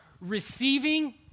receiving